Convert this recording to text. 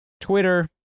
Twitter